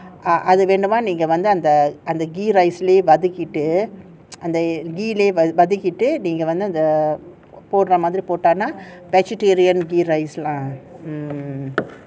ah அது வேணுனா நீங்க வந்து அந்த:athu venuna neenga vanthu antha ghee rice வதக்கிட்டு அந்த:vathakittu antha ghee வதக்கிட்டு:vathakittu the நீங்க வந்து அத போடுற மாறி போட்டாக்க:neenga vanthu atha podura maari potaaka vegetarian ghee rice lah mm